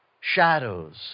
shadows